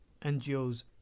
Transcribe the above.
ngos